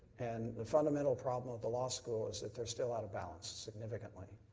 and the fundamental problem with the law school is that they are still out of balance significantly.